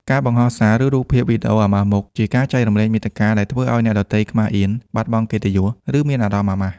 ការបង្ហោះសារ ឬរូបភាព/វីដេអូអាម៉ាស់មុខជាការចែករំលែកមាតិកាដែលធ្វើឲ្យអ្នកដទៃខ្មាសអៀន បាត់បង់កិត្តិយស ឬមានអារម្មណ៍អាម៉ាស់។